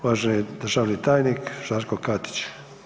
Uvaženi državni tajnik Žarko Katić.